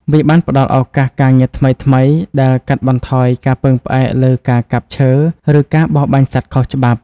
វាបានផ្តល់ឱកាសការងារថ្មីៗដែលកាត់បន្ថយការពឹងផ្អែកលើការកាប់ឈើឬការបរបាញ់សត្វខុសច្បាប់។